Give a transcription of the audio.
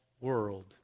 world